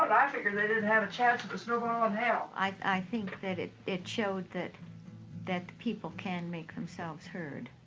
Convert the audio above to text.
i figured they didn't have a chance of a snowball in hell. i think that it it showed that the people can make themselves heard.